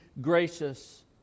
gracious